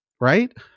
right